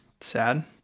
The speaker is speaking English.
Sad